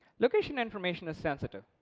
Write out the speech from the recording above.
location information is sensitive,